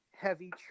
heavy